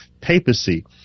papacy